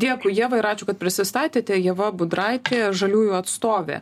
dėkui ieva ir ačiū kad prisistatėte ieva budraitė žaliųjų atstovė